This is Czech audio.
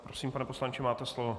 Prosím, pane poslanče, máte slovo.